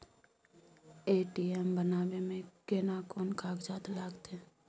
ATM बनाबै मे केना कोन कागजात लागतै?